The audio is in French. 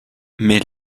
mais